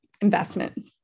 investment